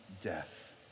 death